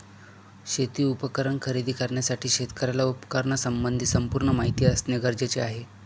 शेती उपकरण खरेदी करण्यासाठी शेतकऱ्याला उपकरणासंबंधी संपूर्ण माहिती असणे गरजेचे आहे